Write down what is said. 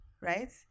right